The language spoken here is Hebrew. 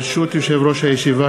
ברשות יושב-ראש הישיבה,